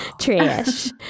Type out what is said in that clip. Trash